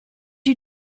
you